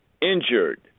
injured